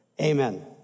Amen